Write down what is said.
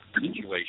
situation